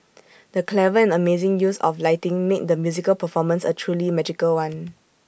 the clever and amazing use of lighting made the musical performance A truly magical one